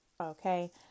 Okay